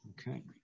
Okay